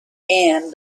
and